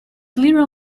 little